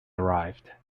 arrived